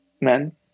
men